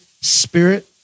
Spirit